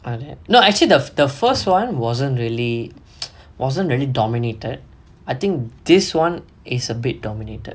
um no actually the the first one wasn't really wasn't really dominated I think this [one] is a bit dominated